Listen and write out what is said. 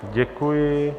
Děkuji.